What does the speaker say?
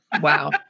Wow